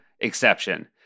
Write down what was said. exception